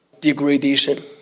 degradation